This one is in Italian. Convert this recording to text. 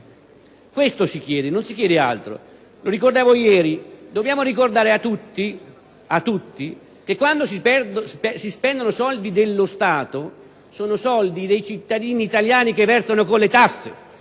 Questo si chiede, non altro. Lo dicevo ieri: dobbiamo ricordare a tutti che quando si spendono soldi dello Stato sono soldi che i cittadini italiani versano con le tasse;